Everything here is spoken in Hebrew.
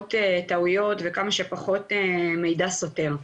שפחות טעויות וכמה שפחות מידע סותר.